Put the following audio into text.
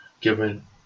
given